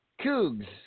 Cougs